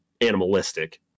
animalistic